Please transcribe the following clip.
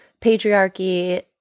patriarchy